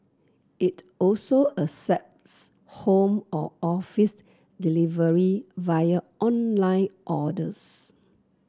it also accepts home or office delivery via online orders